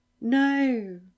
no